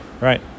right